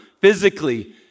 physically